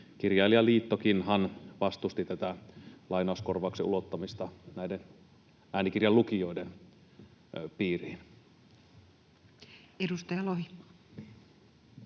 Kirjailijaliittokin vastusti tätä lainauskorvauksen ulottamista näiden äänikirjalukijoiden piiriin. [Speech